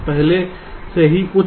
पहले से ही उच्च